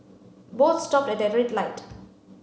both stopped at a red light